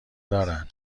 دارن